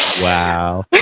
Wow